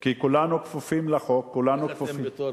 כי כולנו כפופים לחוק, איך אתם, קדימה,